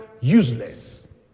useless